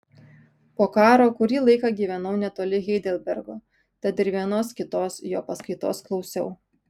po karo kurį laiką gyvenau netoli heidelbergo tad ir vienos kitos jo paskaitos klausiau